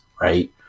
Right